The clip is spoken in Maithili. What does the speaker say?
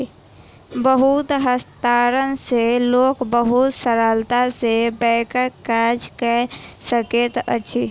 विद्युत हस्तांतरण सॅ लोक बहुत सरलता सॅ बैंकक काज कय सकैत अछि